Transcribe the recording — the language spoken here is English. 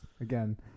again